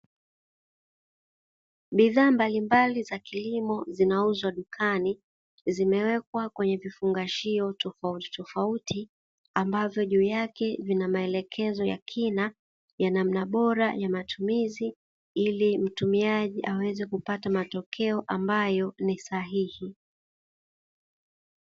Bidhaa mbalimbali za kilimo zinauzwa dukani, zimewekwa kwenye vifungashio tofautitofauti, ambavyo juu yake vina maelekezo ya kina ya namna bora ya matumizi ili mtumiaji aweze kupata matokeo ambayo ni sahihi.